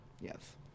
yes